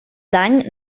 dany